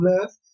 left